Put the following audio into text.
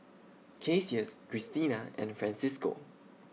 Cassius Cristina and Francisco